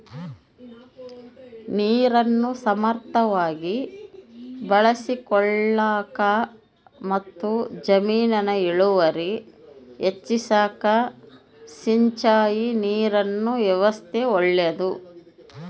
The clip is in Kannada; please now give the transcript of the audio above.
ನೀರನ್ನು ಸಮರ್ಥವಾಗಿ ಬಳಸಿಕೊಳ್ಳಾಕಮತ್ತು ಜಮೀನಿನ ಇಳುವರಿ ಹೆಚ್ಚಿಸಾಕ ಸಿಂಚಾಯಿ ನೀರಿನ ವ್ಯವಸ್ಥಾ ಒಳ್ಳೇದು